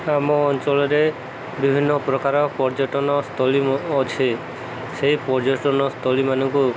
ଆମ ଅଞ୍ଚଳରେ ବିଭିନ୍ନ ପ୍ରକାର ପର୍ଯ୍ୟଟନସ୍ଥଳୀ ଅଛି ସେଇ ପର୍ଯ୍ୟଟନସ୍ଥଳୀମାନଙ୍କୁ